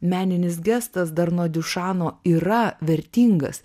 meninis gestas dar nuo dišano yra vertingas